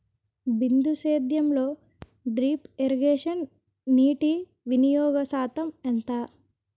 బిందు సేద్యంలో drip irrigation నీటివినియోగ శాతం ఎంత?